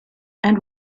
and